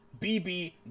BB